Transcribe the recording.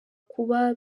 kuba